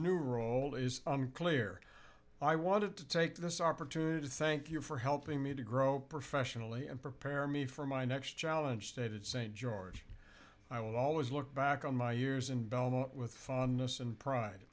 new role is unclear i wanted to take this opportunity to thank you for helping me to grow professionally and prepare me for my next challenge stated st george i will always look back on my years in belmont with fondness and pride